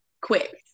Quick